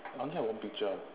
I only have one picture